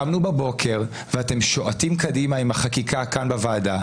קמנו בבוקר ואתם שועטים קדימה עם החקיקה כאן בוועדה.